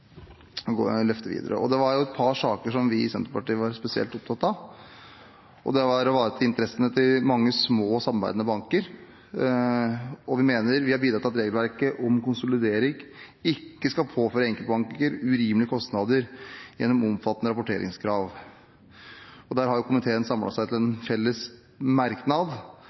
videre. Det var et par saker som vi i Senterpartiet var spesielt opptatt av. Det var å ivareta interessene til mange små og samarbeidende banker, og vi mener vi har bidratt til at regelverket om konsolidering ikke skal påføre enkeltbanker urimelige kostnader gjennom omfattende rapporteringskrav. Der har komiteen samlet seg om en felles merknad,